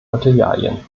materialien